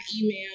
email